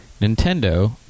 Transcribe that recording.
Nintendo